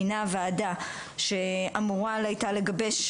מינה וועדה שאמורה הייתה לגבש,